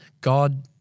God